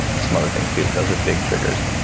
and some other things too. but those are big triggers